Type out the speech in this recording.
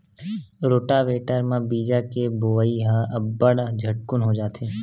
rotavator म बीजा के बोवई ह अब्बड़ झटकुन हो जाथे